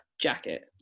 jacket